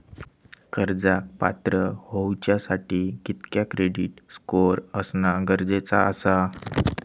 कर्जाक पात्र होवच्यासाठी कितक्या क्रेडिट स्कोअर असणा गरजेचा आसा?